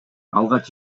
алгач